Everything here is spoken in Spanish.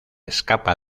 escapa